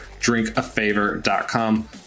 drinkafavor.com